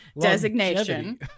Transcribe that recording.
designation